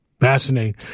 Fascinating